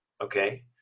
okay